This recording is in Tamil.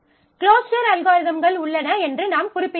க்ளோஸர் அல்காரிதம்கள் உள்ளன என்று நாம் குறிப்பிட்டோம்